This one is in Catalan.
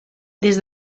des